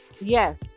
yes